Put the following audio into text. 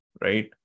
Right